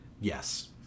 Yes